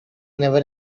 never